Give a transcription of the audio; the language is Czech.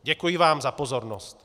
Děkuji vám za pozornost.